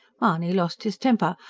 mahony lost his temper,